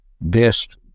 best